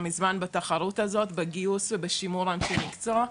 מזמן בתחרות הזאת בגיוס ובשימור אנשי מקצוע.